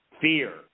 fear